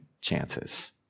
chances